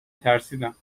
ترسیدم